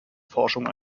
forschung